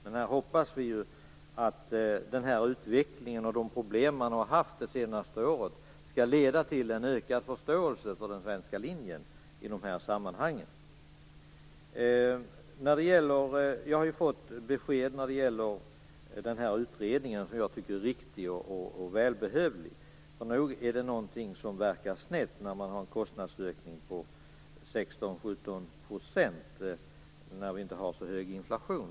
Men vi hoppas ju att den här utvecklingen och de problem som man har haft under det senaste året skall leda till en ökad förståelse för den svenska linjen i dessa sammanhang. Jag har ju fått besked när det gäller den här utredningen, som jag tycker är riktig och välbehövlig. Nog är något snett när man har en kostnadsökning på 16-17 % när inflationen inte är så hög.